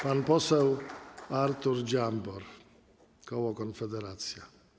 Pan poseł Artur Dziambor, koło Konfederacja.